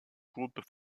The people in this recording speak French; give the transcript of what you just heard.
groupe